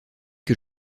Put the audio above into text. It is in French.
que